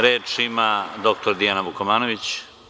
Reč ima dr Dijana Vukomanović.